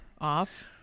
off